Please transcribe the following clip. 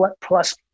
plus